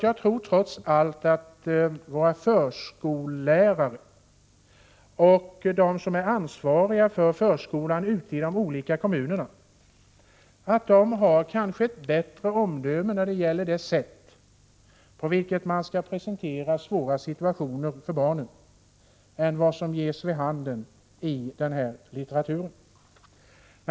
Jag tror trots allt att våra förskollärare och de som är ansvariga för förskolan i de olika kommunerna har ett bättre omdöme när det gäller det sätt på vilket svåra situationer skall presenteras för barnen än vad som ges vid handen i denna litteratur.